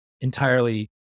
entirely